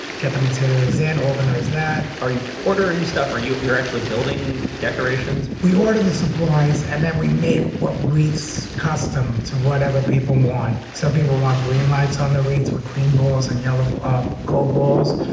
get the materials, then organize that are you ordering stuff or you're actually building decorations? we order the supplies and then we make what rietz custom to whatever people want. some people want green lights on. the rates were green balls and yellow um gold balls.